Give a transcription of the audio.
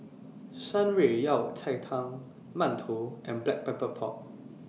Shan Rui Yao Cai Tang mantou and Black Pepper Pork